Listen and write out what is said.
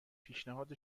پیشنهاد